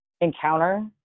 encounter